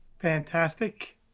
fantastic